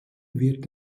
wird